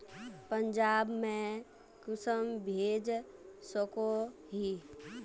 पंजाब में कुंसम भेज सकोही?